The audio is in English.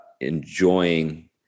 enjoying